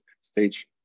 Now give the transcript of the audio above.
stage